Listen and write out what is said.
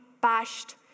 bashed